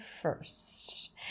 first